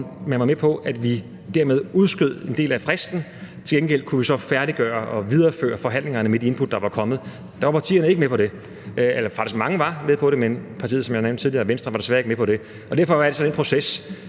man var med på, at vi dermed udskød en del af fristen, men at vi til gengæld så kunne færdiggøre og videreføre forhandlingerne med de input, der var kommet, var partierne ikke med på det – eller rettere, mange var faktisk med på det, men partiet, som jeg nævnte tidligere, Venstre, var desværre ikke med på det, og derfor var der så den proces.